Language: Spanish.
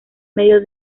medio